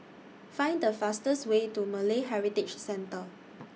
Find The fastest Way to Malay Heritage Centre